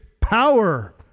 power